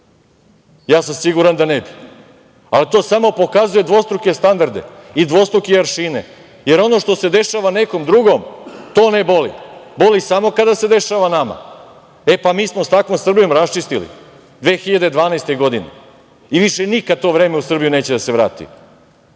Ja sam siguran da ne bi. To samo pokazuje dvostruke standarde i dvostruke aršine, jer ono što se dešava nekom drugom to ne boli, boli samo kada se dešava nama. Mi smo sa takvom Srbijom raščistili 2012. godine i više nikad to vreme u Srbiju neće da se vrati.